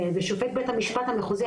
ושופט בית המשפט המחוזי,